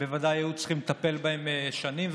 שבוודאי היו צריכים לטפל בהם לפני שנים.